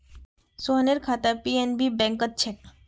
सोहनेर खाता पी.एन.बी बैंकत छेक